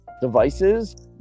devices